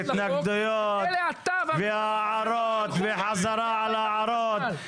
התנגדויות והערות וחזרה על הערות,